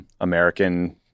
American